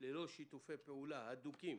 ללא שיתופי פעולה הדוקים